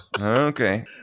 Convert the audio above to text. Okay